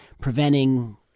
preventing